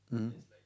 mmhmm